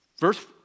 Verse